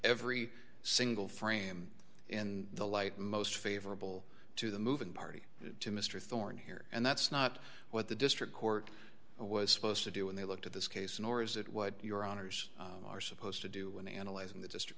every single frame in the light most favorable to the moving party to mr thorne here and that's not what the district court was supposed to do when they looked at this case nor is it what your honour's are supposed to do when analyzing the district